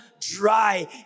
dry